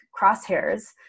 crosshairs